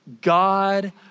God